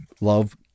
love